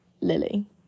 Lily